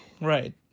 Right